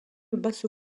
basse